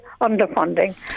underfunding